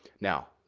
now,